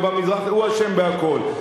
והוא אשם בכול.